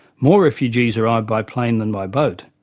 more refugees arrive by plane than by boat,